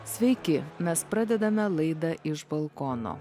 sveiki mes pradedame laidą iš balkono